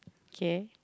okay